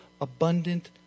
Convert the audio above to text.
abundant